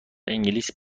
انگلیس